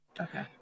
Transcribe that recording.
Okay